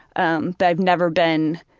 um but i've never been,